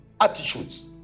attitudes